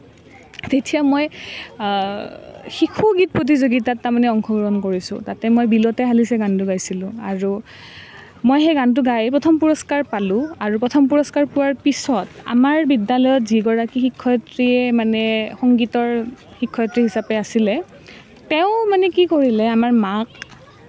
তেতিয়া মই শিশু গীত প্ৰতিযোগিতাত তাৰমানে অংশগ্ৰহণ কৰিছোঁ তাতে মই বিলতে হালিছে গানটো গাইছিলোঁ আৰু মই সেই গানটো গাই প্ৰথম পুৰস্কাৰ পালোঁ আৰু প্ৰথম পুৰস্কাৰ পোৱাৰ পিছত আমাৰ বিদ্যালয়ত যিগৰাকী শিক্ষয়িত্ৰীয়ে মানে সংগীতৰ শিক্ষয়িত্ৰী হিচাপে আছিলে তেওঁ মানে কি কৰিলে আমাৰ মাক